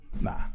Nah